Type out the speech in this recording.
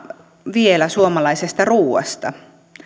vielä suomalaisesta ruuasta